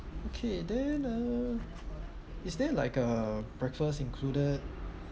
okay then uh is there like a breakfast included